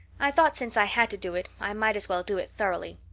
i thought since i had to do it i might as well do it thoroughly.